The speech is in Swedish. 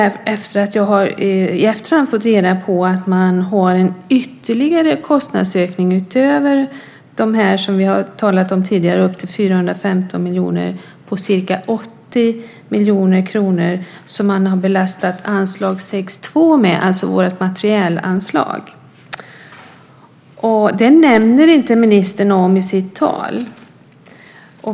I efterhand har jag fått reda på att man har en kostnadsökning, utöver den som vi har talat om tidigare på upp till 415 miljoner, på ca 80 miljoner kronor som man har belastat anslag 6:2 med, alltså vårt materielanslag. Det nämner inte ministern.